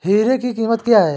Hero की कीमत क्या है?